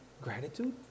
gratitude